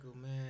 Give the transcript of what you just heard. man